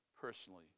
personally